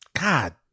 God